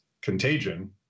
contagion